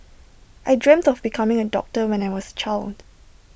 I dreamt of becoming A doctor when I was A child